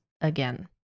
again